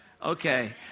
Okay